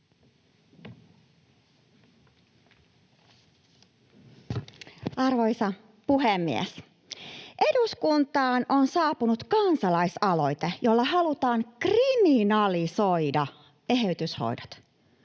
Arvoisa puhemies! Eduskuntaan on saapunut kansalaisaloite, jolla halutaan kriminalisoida eheytyshoidot.